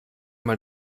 mal